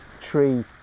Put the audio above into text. tree